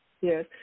yes